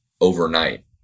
overnight